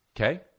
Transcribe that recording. Okay